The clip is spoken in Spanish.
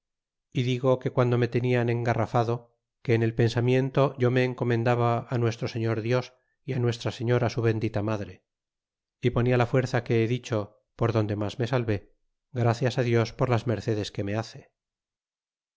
é digo que quando me tenían engarrafado que en el pensamiento yo me encomendaba á nuestro señor dios y nuestra señora su bendita madre y ponla la fuerza que he dicho por donde me salvé gracias dios por las mercedes que me hace